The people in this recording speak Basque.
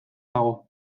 dago